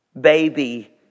baby